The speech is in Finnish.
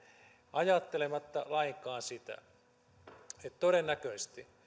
ajattelematta lainkaan sitä että todennäköisesti